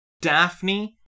Daphne